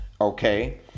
okay